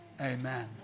Amen